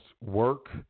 work